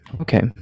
Okay